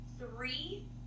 three